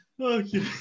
Okay